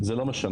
זה לא משנה.